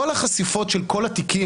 כל החשיפות של כל התיקים,